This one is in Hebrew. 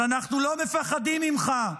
אז אנחנו לא מפחדים ממך,